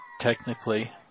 technically